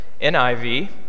NIV